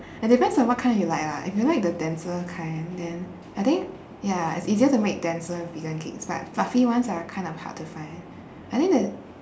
it depends on what kind you like lah if you like the denser kind then I think ya it's easier to make denser vegan cakes but fluffy ones are kind of hard to find I think there